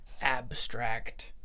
abstract